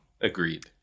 Agreed